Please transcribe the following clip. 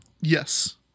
Yes